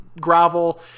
gravel